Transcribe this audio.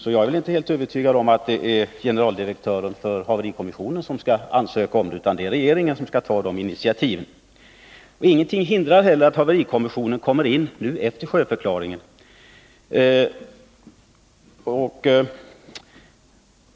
Jag är därför inte helt övertygad om att det är generaldirektören för haverikommissionen som skall ansöka om tillstånd att göra en utredning, utan det är regeringen som skall ta de initiativen. Ingenting hindrar heller att haverikommissionen kommer in nu efter sjöförklaringen.